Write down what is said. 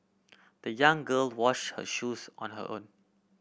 the young girl wash her shoes on her own